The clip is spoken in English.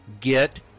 get